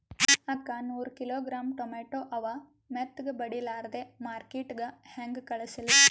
ಅಕ್ಕಾ ನೂರ kilogram tomato ಅವ, ಮೆತ್ತಗಬಡಿಲಾರ್ದೆ ಮಾರ್ಕಿಟಗೆ ಹೆಂಗ ಕಳಸಲಿ?